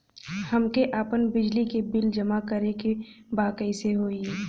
हमके आपन बिजली के बिल जमा करे के बा कैसे होई?